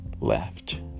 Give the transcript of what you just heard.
left